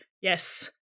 yes